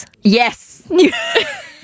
Yes